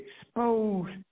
exposed